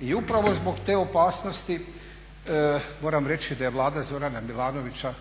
i upravo zbog te opasnosti moram reći da je Vlada Zorana Milanovića